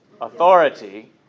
authority